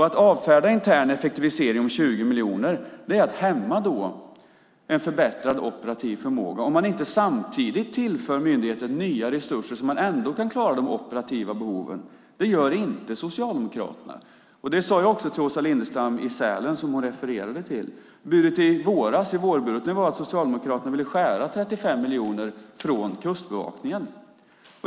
Att avfärda intern effektivisering på 20 miljoner är att hämma en förbättrad operativ förmåga, om man inte samtidigt tillför myndigheten nya resurser så att den ändå kan klara de operativa behoven. Det gör inte Socialdemokraterna. Det sade jag också till Åsa Lindestam i Sälen, som hon refererade till. Budet i våras, i samband med vårbudgeten, var att Socialdemokraterna ville skära 35 miljoner från Kustbevakningen.